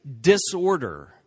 disorder